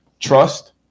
Trust